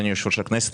אדוני יושב-ראש הכנסת,